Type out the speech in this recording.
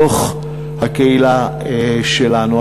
בתוך הקהילה שלנו.